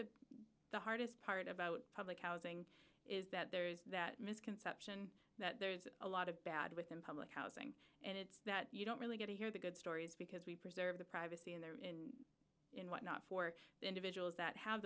that the hardest part about public housing is that there's that misconception that there's a lot of bad within public housing and it's that you don't really get to hear the good stories because we preserve the privacy in their you know what not for individuals that have